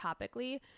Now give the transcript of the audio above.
topically